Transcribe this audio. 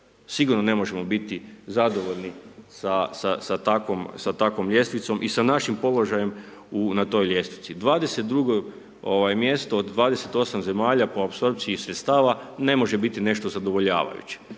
Sigurno ne možemo biti zadovoljni sa takvom ljestvicom i sa našim položajem na toj ljestvici. 22. mjesto od 28 zemalja, po apsorpciji sredstava, ne može biti nešto zadovoljavajuće.